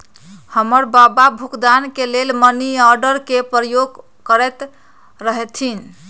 हमर बबा भुगतान के लेल मनीआर्डरे के प्रयोग करैत रहथिन